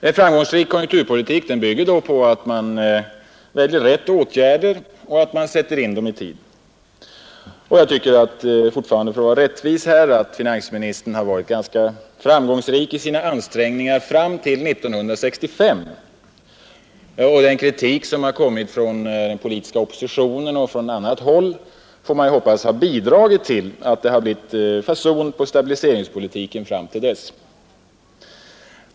En framgångsrik konjunkturpolitik bygger på att man väljer rätta åtgärder och att man sätter in dem i tid. Och jag tycker — fortfarande för att vara rättvis — att finansministern har varit ganska framgångsrik i sina ansträngningar fram till 1965. Den kritik som kommit från den politiska oppositionen och andra håll har, får man hoppas, bidragit till att det blev fason på stabiliseringspolitiken fram till dess.